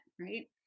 right